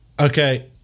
okay